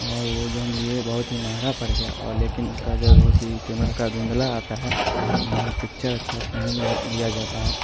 और वो जो हम लिए बहुत ही महंगा पड़ गया और लेकिन उसका जो है बहुत ही कैमरा का धुंधला आता है और पिक्चर अच्छे से नहीं ले लिया जाता है